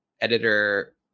editor